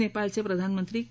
नेपाळचे प्रधानमंत्री के